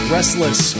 Restless